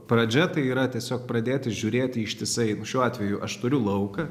pradžia tai yra tiesiog pradėti žiūrėti ištisai va šiuo atveju aš turiu lauką